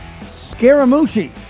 Scaramucci